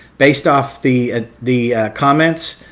based off the ah the comments,